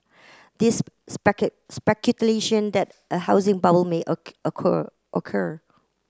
this that a housing bubble may occur